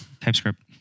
TypeScript